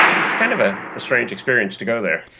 it's kind of a strange experience to go there.